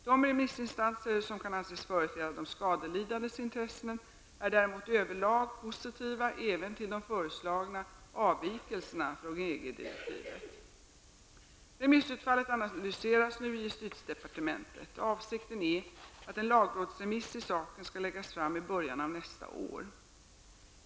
De remissinstanser som kan anses företräda de skadelidandes intressen är däremot överlag positiva även till de föreslagna avvikelserna från EG Remissutfallet analyseras nu i justitiedepartementet. Avsikten är att en lagrådsremiss i saken skall läggas fram i början av nästa år.